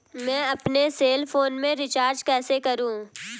मैं अपने cell phone में रिचार्ज कैसे करूँ?